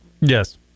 Yes